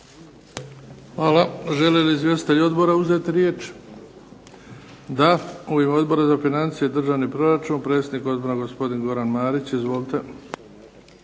Hvala. Žele li izvjestitelji odbora uzeti riječ? Da. U ime Odbora za financije i državni proračun predsjednik odbora gospodin Goran Marić. Izvolite.